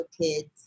kids